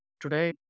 today